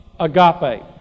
Agape